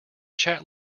chat